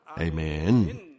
Amen